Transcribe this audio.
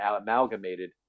amalgamated